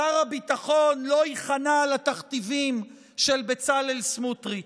שר הביטחון, לא ייכנע לתכתיבים של בצלאל סמוטריץ'.